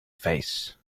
face